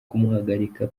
kumuhagarika